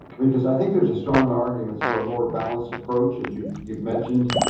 can we, cause i think there's a strong arguments for a more balanced approach, as you've you've mentioned,